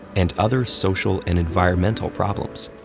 and other social and environmental problems.